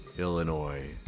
Illinois